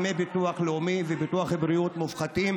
דמי ביטוח לאומי וביטוח בריאות מופחתים